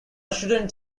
shouldn’t